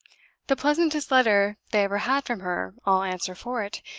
the pleasantest letter they ever had from her, i'll answer for it,